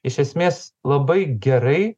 iš esmės labai gerai